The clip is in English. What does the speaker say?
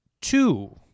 two